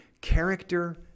character